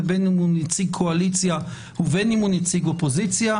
ובין אם הוא נציג קואליציה ובין אם הוא נציג אופוזיציה,